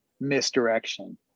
misdirection